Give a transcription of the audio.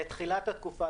לתחילת התקופה,